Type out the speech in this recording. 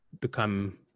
become